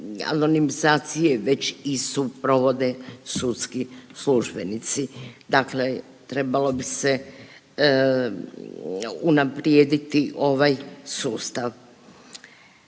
razumije./…provode sudski službenici, dakle trebalo bi se unaprijediti ovaj sustav.